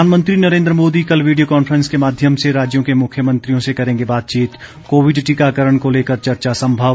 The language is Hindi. प्रधानमंत्री नरेन्द्र मोदी कल वीडियो कॉन्फ्रेंस के माध्यम से राज्यों के मुख्यमंत्रियों से करेंगे बातचीत कोविड टीकाकरण को लेकर चर्चा संभव